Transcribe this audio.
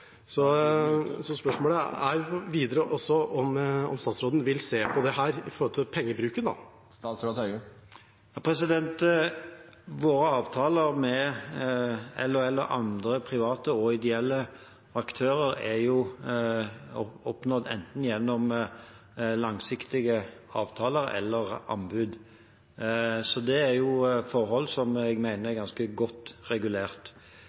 Spørsmålet videre er om statsråden vil se på dette med tanke på pengebruken. Våre avtaler med LHL og andre private og ideelle aktører er oppnådd gjennom enten langsiktige avtaler eller anbud. Det er forhold som jeg mener er ganske godt regulert.